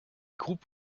groupes